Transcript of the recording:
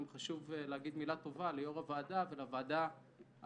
גם חשוב להגיד מילה טובה ליו"ר הוועדה ולוועדה החדשה,